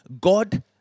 God